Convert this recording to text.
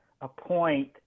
appoint